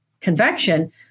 convection